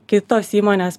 kitos įmonės